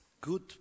good